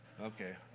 Okay